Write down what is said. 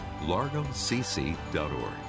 LargoCC.org